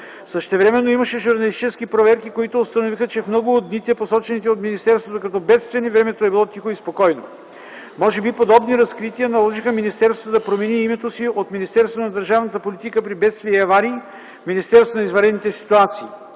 Същевременно имаше проверки, които установиха, че в много от дните, посочени от министерството като бедствени, времето е било тихо и спокойно. Може би подобни разкрития наложиха министерството да промени името си от Министерство на държавната политика при бедствия и аварии в Министерство на извънредните ситуации.